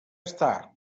està